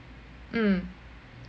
mm